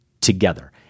together